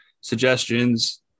suggestions